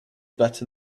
better